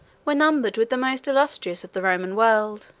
were numbered with the most illustrious of the roman world.